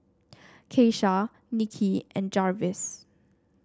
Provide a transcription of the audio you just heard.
Keisha Nikki and Jarvis